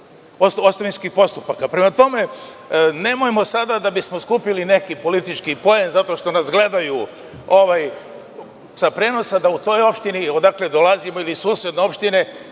ostavinskih postupaka. Prema tome, nemojmo sada da bi smo skupili neki politički poen, zato što nas gledaju sa prenosa, da u toj opštini odakle dolazimo ili susedne opštine,